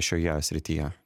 šioje srityje